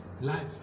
Life